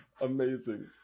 amazing